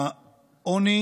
העוני